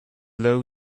low